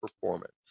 performance